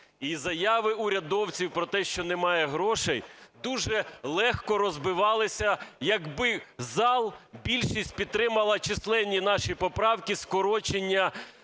І заяви урядовців про те, що немає грошей, дуже легко розбивалися, якби зал, більшість підтримала численні наші поправки скорочення